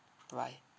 bye bye